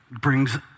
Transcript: brings